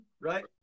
right